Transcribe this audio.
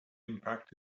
impact